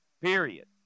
period